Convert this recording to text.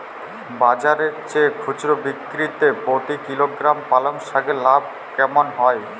বাজারের চেয়ে খুচরো বিক্রিতে প্রতি কিলোগ্রাম পালং শাকে লাভ কেমন হয়?